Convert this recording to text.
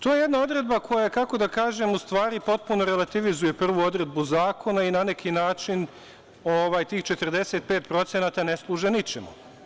To je jedna odredba koja, kako da kažem, u stvari potpuno relativizuje prvu odredbu zakona i na neki način tih 45% ne služe ničemu.